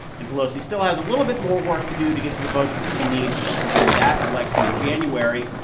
and pelosi still has a little bit more work to do to get to the votes that she needs to to win that election in january,